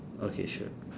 okay sure